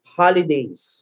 holidays